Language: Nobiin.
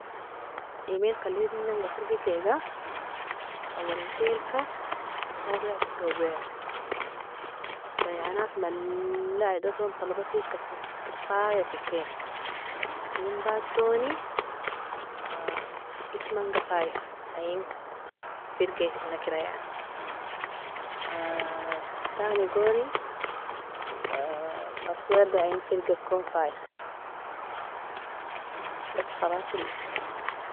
Emailk alinanga firgikiga, awalinkelka mwagaka gawira, bayanat mali idaton talabafika sokr faya soke, r eninbatoni ismanga faier ein firginakera yani tanigoni password ein firgikon faier, bas khalasili.